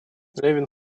левин